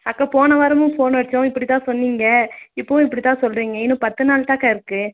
அக்கா போன வாரமும் போன வருஷம் இப்படிதான் சொன்னீங்கள் இப்போதும் இப்படிதான் சொல்லுறீங்க இன்னும் பத்து நாள் தானேக்கா இருக்குது